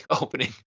opening